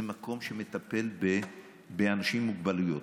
זה מקום שמטפל באנשים עם מוגבלויות.